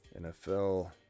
NFL